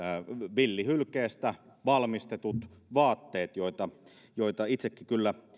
villihylkeestä valmistetut vaatteet joita joita itsekin kyllä